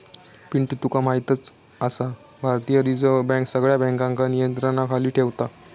पिंटू तुका म्हायतच आसा, भारतीय रिझर्व बँक सगळ्या बँकांका नियंत्रणाखाली ठेवता